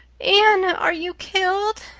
anne, are you killed?